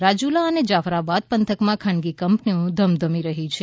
રાજુલા અને જાફરાબાદ પંથકમાં ખાનગી કંપનીઓ ધમધમી રહી છે